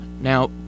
Now